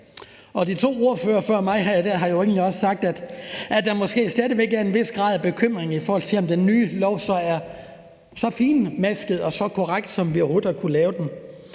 De to ordførere før mig har jo egentlig også sagt, at der måske stadig væk er en vis grad af bekymring, i forhold til om den nye lov så er så finmasket og så korrekt, som vi overhovedet har kunnet lave den.